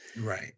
Right